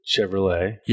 Chevrolet